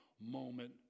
moment